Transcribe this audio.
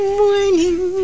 morning